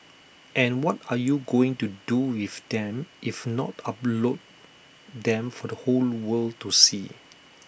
and what are you going to do with them if not upload them for the whole world to see